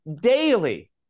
daily